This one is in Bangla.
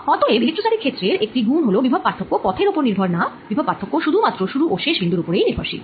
অতএব ইলেক্ট্রস্ট্যাটিক ক্ষেত্রের একটি গুন হল বিভব পার্থক্য পথের ওপর নির্ভর না বিভব পার্থক্য শুধু মাত্র শুরু ও শেষ বিন্দুর ওপরে নির্ভরশীল